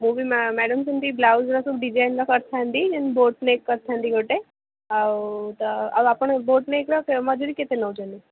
ମୁଁ ବି ମେଁ ମ୍ୟାଡ଼ାମ୍ ସେମିତି ବ୍ଲାଉଜ୍ ଗୁଡ଼ାକ ସବୁ ଡିଜାଇନ୍ରେ କରିଥାନ୍ତି ଯେମିତି ବୋର୍ଡ଼ ପ୍ଲେ କରିଥାନ୍ତି ଗୋଟେ ଆଉ ତ ଆଉ ଆପଣ ବୋର୍ଡ଼ ପ୍ଲେ ଗୁଡ଼ାକ ମଜୁରୀ କେତେ ନେଉଛନ୍ତି